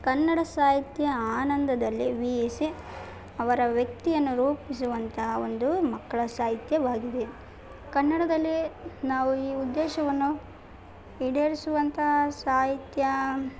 ಕನ್ನಡ ಸಾಹಿತ್ಯ ಆನಂದದಲ್ಲಿ ಅವರ ವ್ಯಕ್ತಿಯನ್ನು ರೂಪಿಸುವಂತಹ ಒಂದು ಮಕ್ಕಳ ಸಾಹಿತ್ಯವಾಗಿದೆ ಕನ್ನಡದಲ್ಲಿಯೆ ನಾವು ಈ ಉದ್ದೇಶವನ್ನು ಈಡೇರಿಸುವಂತಹ ಸಾಹಿತ್ಯ